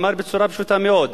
בצורה פשוטה מאוד: